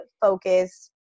focus